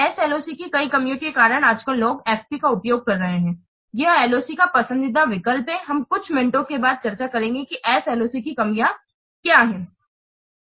SLOC की कई कमियों के कारण आजकल लोग FP का उपयोग कर रहे हैं यह LOC का पसंदीदा विकल्प है हम कुछ मिनटों के बाद चर्चा करेंगे कि SLOC की कमियां क्या हैं